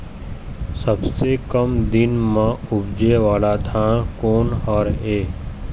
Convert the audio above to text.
सबसे कम दिन म उपजे वाला धान कोन हर ये?